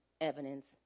evidence